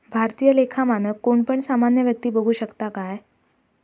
भारतीय लेखा मानक कोण पण सामान्य व्यक्ती बघु शकता काय?